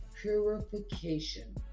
purification